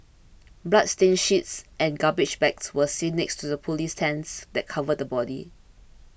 bloodstained sheets and garbage bags were seen next to the police tents that covered the body